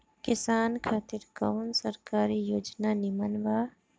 किसान खातिर कवन सरकारी योजना नीमन बा?